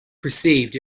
perceived